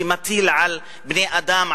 שהוא מטיל על בני-אדם,